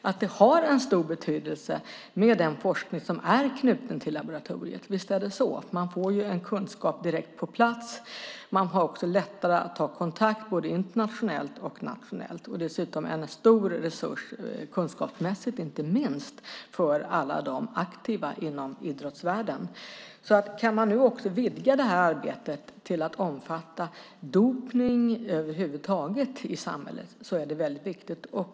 Men liksom Lars Lilja tror jag att den forskning som är knuten till laboratoriet har stor betydelse. Visst är det så. Man får en kunskap direkt på plats. Man har också lättare att ta kontakt både internationellt och nationellt. Dessutom är det en stor resurs kunskapsmässigt, inte minst för alla aktiva inom idrottsvärlden. Kan man nu också vidga detta arbete till att omfatta dopning över huvud taget i samhället är det viktigt.